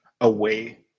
away